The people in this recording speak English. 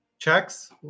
checks